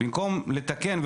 במקום לתקן,